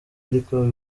ariko